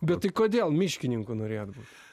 bet tai kodėl miškininku norėjot būt